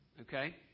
okay